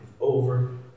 over